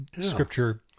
scripture